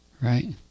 right